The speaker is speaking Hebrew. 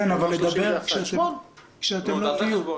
כן, לדבר כשאתם לא תהיו.